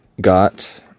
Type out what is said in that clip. got